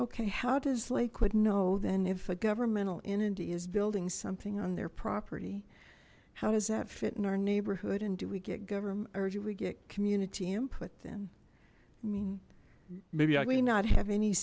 okay how does lakewood know then if a governmental entity is building something on their property how does that fit in our neighborhood and do we get government or do we get community input then i mean maybe i may not have any